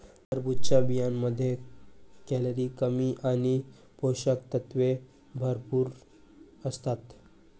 टरबूजच्या बियांमध्ये कॅलरी कमी आणि पोषक तत्वे भरपूर असतात